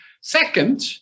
Second